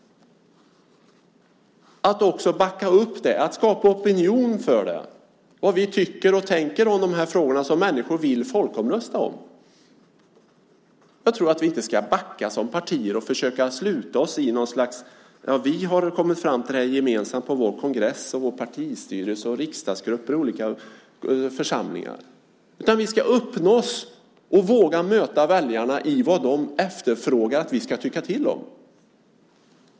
Det handlar också om att backa upp det och skapa opinion för det och säga vad vi tycker och tänker om de frågor som människor vill folkomrösta om. Jag tror att vi inte ska backa som partier och försöka sluta oss och säga: Vi har kommit fram till det gemensamt på vår kongress, vår partistyrelse, i riksdagsgrupper och olika församlingar. Vi ska öppna oss och våga möta väljarna i vad de efterfrågar att vi ska tycka till om.